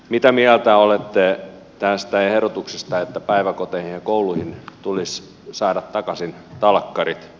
mitä mieltä olette tästä ehdotuksesta että päiväkoteihin ja kouluihin tulisi saada takaisin talkkarit